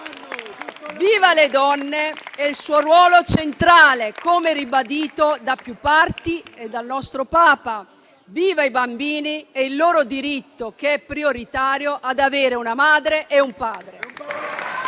Viva le donne e il loro ruolo centrale, come ribadito da più parti e dal nostro Papa. Viva i bambini e il loro diritto, che è prioritario, ad avere una madre e un padre.